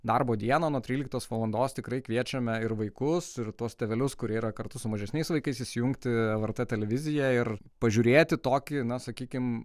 darbo dieną nuo tryliktos valandos tikrai kviečiame ir vaikus ir tuos tėvelius kurie yra kartu su mažesniais vaikais įsijungti lrt televiziją ir pažiūrėti tokį na sakykim